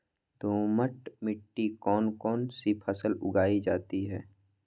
दोमट मिट्टी कौन कौन सी फसलें उगाई जाती है?